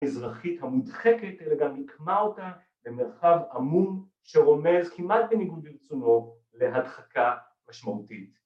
‫אזרחית המודחקת, אלא גם מיקמה אותה ‫במרחב עמום, שרומז כמעט בניגוד לרצונו, ‫להדחקה משמעותית.